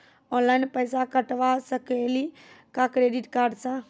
Online पैसा कटवा सकेली का क्रेडिट कार्ड सा?